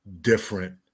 different